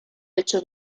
hecho